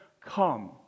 come